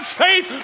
faith